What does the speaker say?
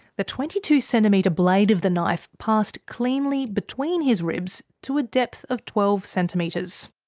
the twenty two centimetre blade of the knife passed cleanly between his ribs. to a depth of twelve centimetres.